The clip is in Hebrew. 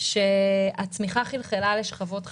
שהצמיחה חלחלה לשכבות חלשות.